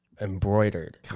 Embroidered